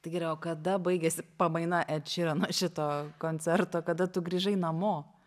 tai gerai o kada baigėsi pamaina ed šyrano šito koncerto kada tu grįžai namo